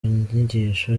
nyigisho